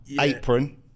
apron